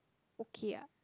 okay ah